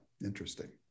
Interesting